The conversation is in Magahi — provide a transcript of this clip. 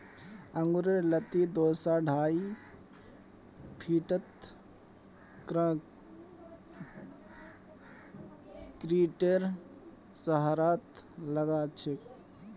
अंगूरेर लत्ती दो स ढाई फीटत कंक्रीटेर सहारात लगाछेक